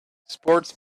sports